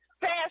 fast